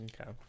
Okay